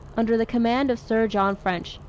under the command of sir john french,